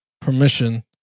permission